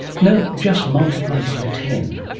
no just multiply by ten.